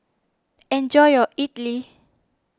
enjoy your Idili